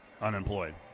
unemployed